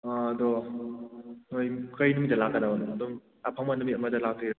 ꯑꯥ ꯑꯗꯣ ꯅꯣꯏ ꯀꯩ ꯅꯨꯃꯤꯠꯇ ꯂꯥꯛꯀꯥꯗꯕꯅꯣ ꯑꯗꯨꯝ ꯑꯐꯪ ꯅꯨꯃꯤꯠ ꯑꯃꯗ ꯂꯥꯛꯀꯔ